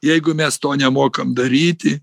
jeigu mes to nemokam daryti